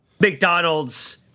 McDonald's